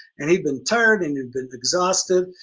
and he'd been tired and had been exhausted.